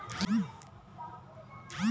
मगर ही जगातील संरक्षित प्राणी आहे